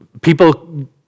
people